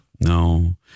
no